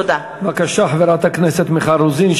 בבקשה, חברת הכנסת מיכל רוזין.